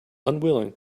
unwilling